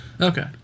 Okay